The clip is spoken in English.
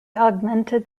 augmented